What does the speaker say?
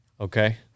Okay